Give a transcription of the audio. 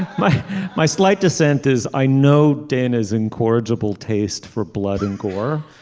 my my slight descent is i know dan is incorrigible taste for blood and gore.